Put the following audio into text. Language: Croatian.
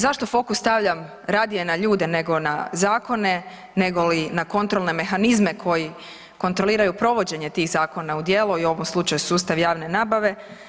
Zašto fokus radije stavljam na ljude nego na zakone, negoli na kontrolne mehanizme koji kontroliraju provođenje tih zakona u djelo i u ovom slučaju sustav javne nabave?